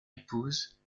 épouse